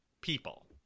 people